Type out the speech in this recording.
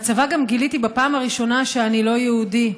בצבא גם גיליתי בפעם הראשונה שאני לא יהודי,